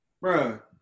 Bro